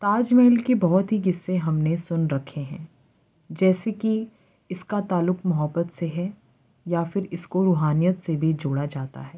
تاج محل کے بہت ہی قصے ہم نے سن رکھے ہیں جیسے کہ اس کا تعلق محبت سے ہے یا پھر اس کو روحانیت سے بھی جوڑا جاتا ہے